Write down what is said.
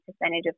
percentage